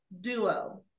duo